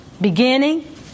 Beginning